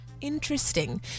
Interesting